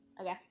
okay